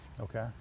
Okay